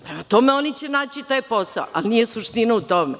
Prema tome, oni će naći taj posao, ali nije u tome.